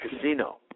casino